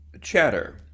chatter